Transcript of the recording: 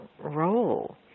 role